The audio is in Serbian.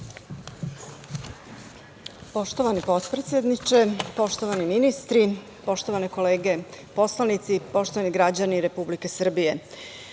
Poštovani potpredsedniče, poštovani ministri, poštovane kolege poslanici, poštovani građani Republike Srbije,